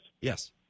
Yes